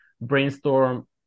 brainstorm